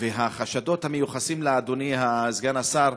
והחשדות המיוחסים, אדוני סגן השר,